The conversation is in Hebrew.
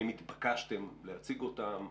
האם התבקשתם להציג אותם?